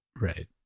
Right